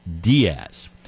Diaz